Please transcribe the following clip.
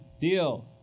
Deal